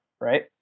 right